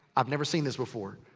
i've never seen this before.